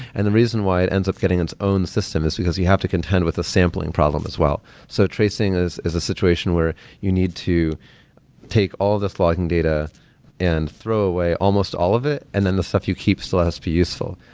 and the reason why it ends up getting into own a system is because you have to contend with a sampling problem as well. so tracing is is a situation where you need to take all the flogging data and throw away almost all of it, and then the stuff you keep still has to be useful.